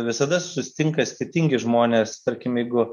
visada susitinka skirtingi žmonės tarkim jeigu